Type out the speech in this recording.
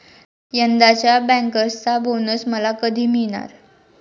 यंदाच्या बँकर्सचा बोनस मला कधी मिळणार?